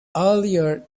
earlier